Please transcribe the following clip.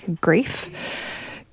grief